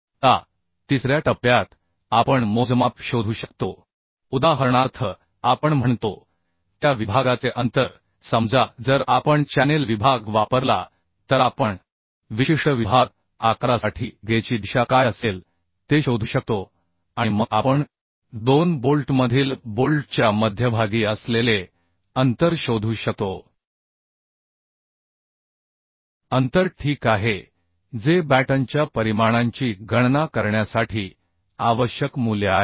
आता तिसऱ्या टप्प्यात आपण मोजमाप शोधू शकतो उदाहरणार्थ आपण म्हणतो त्या विभागाचे अंतर समजा जर आपण चॅनेल विभाग वापरला तर आपण विशिष्ट विभाग आकारासाठी गेजची दिशा काय असेल ते शोधू शकतो आणि मग आपण दोन बोल्टमधील बोल्टच्या मध्यभागी असलेले अंतर शोधू शकतो अंतर ठीक आहे जे बॅटनच्या परिमाणांची गणना करण्यासाठी आवश्यक मूल्य आहे